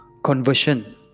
Conversion